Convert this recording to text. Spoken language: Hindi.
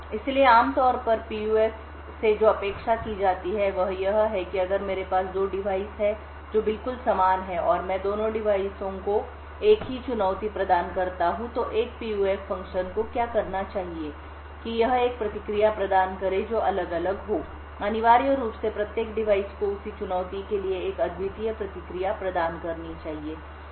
इसलिए आमतौर पर एक पीयूएफ से जो अपेक्षा की जाती है वह यह है कि अगर मेरे पास दो डिवाइस हैं जो बिल्कुल समान हैं और मैं दोनों डिवाइसों को एक ही चुनौती प्रदान करता हूं तो एक पीयूएफ फ़ंक्शन को क्या करना चाहिए कि यह एक प्रतिक्रिया प्रदान करे जो अलग अलग हो अनिवार्य रूप से प्रत्येक डिवाइस को उसी चुनौती के लिए एक अद्वितीय प्रतिक्रिया प्रदान करनी चाहिए